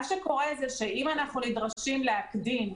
אם אנחנו נדרשים להקדים,